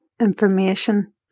information